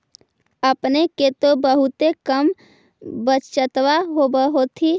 अपने के तो बहुते कम बचतबा होब होथिं?